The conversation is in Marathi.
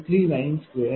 9857392आहे